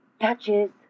touches